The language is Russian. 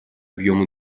объем